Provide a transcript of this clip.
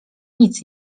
nic